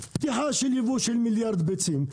פתיחה של יבוא של מיליארד ביצים.